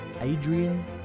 Adrian